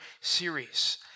series